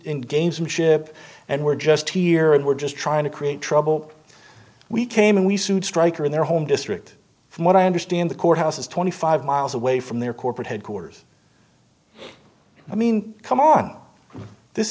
in gamesmanship and we're just here and we're just trying to create trouble we came in we sued stryker in their home district from what i understand the courthouse is twenty five miles away from their corporate headquarters i mean come on this